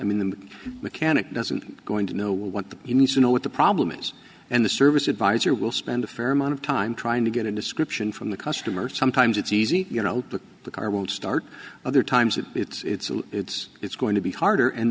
i mean the mechanic doesn't going to know what he needs to know what the problem is and the service advisor will spend a fair amount of time trying to get a description from the customer sometimes it's easy you know the car won't start other times when it's it's it's going to be harder and